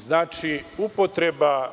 Znači, upotreba